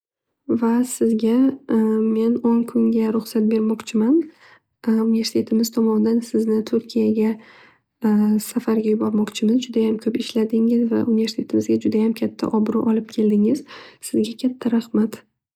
Va sizga men o'n kunga ruhsat bermoqchiman. Universitetimiz tomonidan sizni turkiyaga safarga yubormoqchimiz judayam ko'p ishladingiz va universitetimizga juda katta obro' olib keldingiz. Sizga juda katta rahmat.